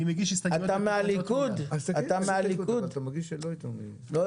אני מגיש הסתייגויות מתוקנות.